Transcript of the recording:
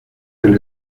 del